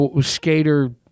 skater